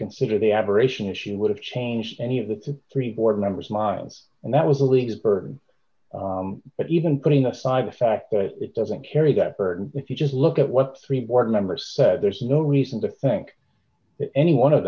consider the abberation issue would have changed any of the three board members minds and that was really his burden but even putting aside the fact that it doesn't carry that burden if you just look at what three board members said there's no reason to think that any one of